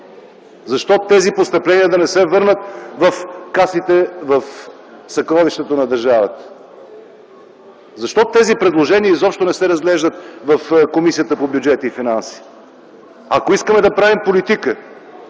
Защо тези постъпления да не се върнат в касите, в съкровището на държавата? Защо тези предложения изобщо не се разглеждат в Комисията по бюджет и финанси? Ако искаме да правим политика,